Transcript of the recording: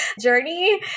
journey